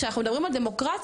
כשאנחנו מדברים על דמוקרטיה,